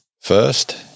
first